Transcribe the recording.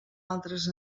altres